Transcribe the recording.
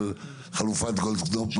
על חלופת גולדקנופף,